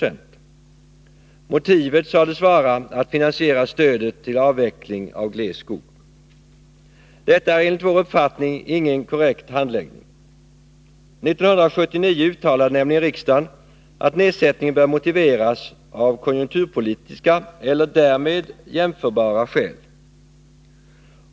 Motivet sades vara att finansiera stödet till avverkning av gles skog. Detta är enligt vår uppfattning ingen korrekt handläggning. 1979 uttalade nämligen riksdagen att nedsättningen bör motiveras av konjunkturpolitiska eller därmed jämförliga skäl.